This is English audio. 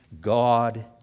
God